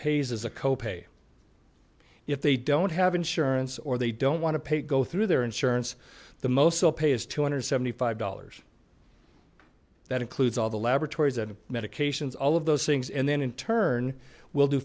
pays is a co pay if they don't have insurance or they don't want to pay go through their insurance the most will pay is two hundred seventy five dollars that includes all the laboratories and medications all of those things and then in turn will do